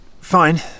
Fine